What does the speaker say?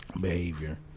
behavior